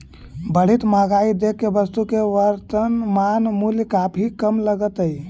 बढ़ित महंगाई देख के वस्तु के वर्तनमान मूल्य काफी कम लगतइ